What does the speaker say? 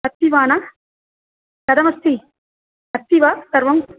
अस्ति वा न कथमस्ति अस्ति वा सर्वं